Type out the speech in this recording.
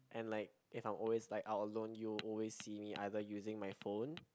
and like if I'm always like out alone you will always see me either using my phone